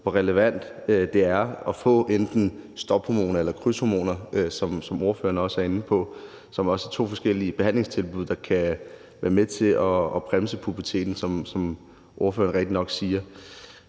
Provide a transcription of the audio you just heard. hvor relevant det er at få enten stophormoner eller krydshormoner – som ordføreren også er inde på – hvilket også er to forskellige behandlingstilbud, der kan være med til at bremse puberteten, som ordføreren rigtigt nok siger.